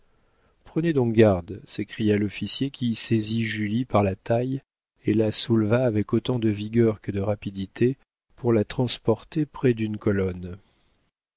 prenez donc garde s'écria l'officier qui saisit julie par la taille et la souleva avec autant de vigueur que de rapidité pour la transporter près d'une colonne